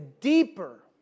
deeper